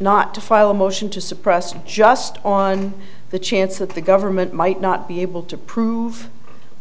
not to file a motion to suppress just on the chance that the government might not be able to prove